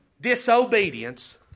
disobedience